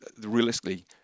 realistically